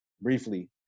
briefly